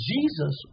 Jesus